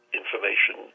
information